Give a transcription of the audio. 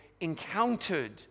encountered